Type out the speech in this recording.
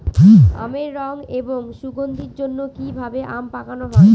আমের রং এবং সুগন্ধির জন্য কি ভাবে আম পাকানো হয়?